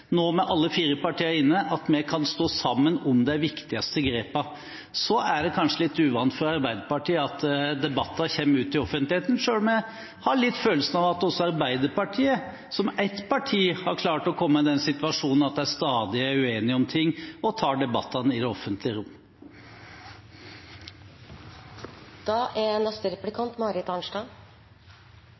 nå med alle fire partiene inne, at vi kan stå sammen om de viktigste grepene. Det er kanskje litt uvant for Arbeiderpartiet at debatter kommer ut i offentligheten, men jeg har litt følelsen av at også Arbeiderpartiet, som ett parti, har klart å komme i den situasjonen at de stadig er uenige om ting og tar debattene i det offentlige rom. Representanten Helleland sa at høyreregjeringen løser «virkelige problemer». Da